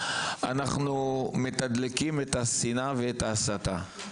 אנחנו מתדלקים את השנאה ואת ההסתה.